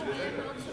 זה לא מה שהוא אמר.